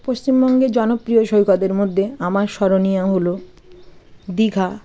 পশ্চিমবঙ্গে জনপ্রিয় সৈকতের মধ্যে আমার স্মরনীয় হলো দীঘা